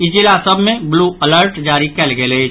ई जिला सभ मे ब्लू अलर्ट जारी कयल गेल अछि